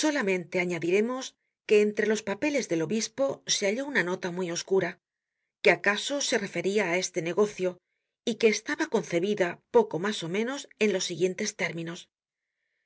solamente añadiremos que entre los papeles del obispo se halló una nota muy oscura que acaso se referia á este negocio y que estaba concebida poco mas ó menos en los siguientes términos